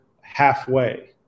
halfway